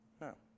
No